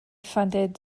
funded